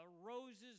roses